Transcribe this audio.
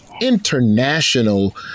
International